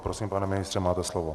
Prosím, pane ministře, máte slovo.